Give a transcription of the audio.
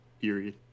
period